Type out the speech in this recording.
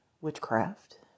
witchcraft